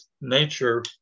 nature